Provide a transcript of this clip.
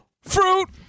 fruit